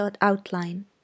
outline